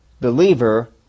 believer